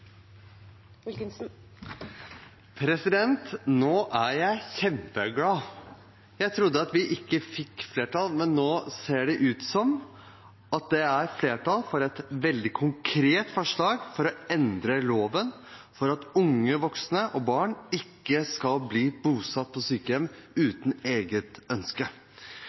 jeg kjempeglad. Jeg trodde at vi ikke fikk flertall, men nå ser det ut som det er flertall for et veldig konkret forslag om å endre loven, slik at unge voksne og barn ikke skal bli bosatt på sykehjem uten